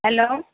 hello